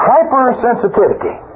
Hypersensitivity